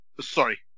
sorry